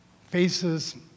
faces